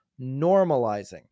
normalizing